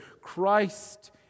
Christ